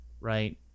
Right